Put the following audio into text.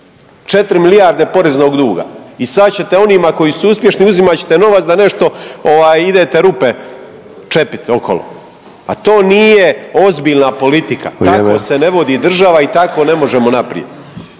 4 milijarde poreznog duga i sad ćete onima koji su uspješni uzimat ćete novac da nešto ovaj idete rupe čepit okolo. Pa to nije ozbiljna politika…/Upadica Sanader: Vrijeme/…tako se ne vodi država i tako ne možemo naprijed.